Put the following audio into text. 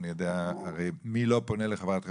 אני יודע, הרי, מי לא פונה לחברת חשמל,